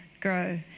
grow